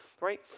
right